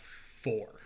four